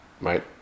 right